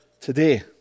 today